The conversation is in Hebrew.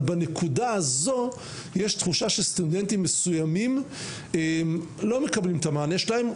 אבל בנקודה הזו יש תחושה שסטודנטים מסוימים לא מקבלים את המענה שלהם.